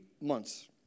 months